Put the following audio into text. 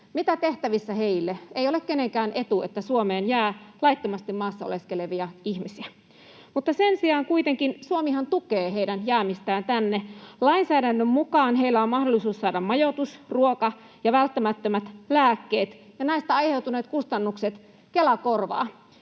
Mitä tehtävissä heille? Ei ole kenenkään etu, että Suomeen jää laittomasti maassa oleskelevia ihmisiä. Sen sijaan kuitenkin Suomihan tukee heidän jäämistään tänne: lainsäädännön mukaan heillä on mahdollisuus saada majoitus, ruoka ja välttämättömät lääkkeet, ja näistä aiheutuneet kustannukset Kela korvaa.